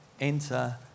enter